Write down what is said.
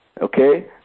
Okay